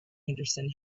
henderson